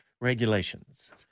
regulations